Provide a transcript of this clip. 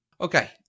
Okay